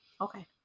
Okay